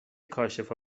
کاشفا